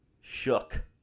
shook